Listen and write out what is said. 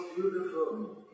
beautiful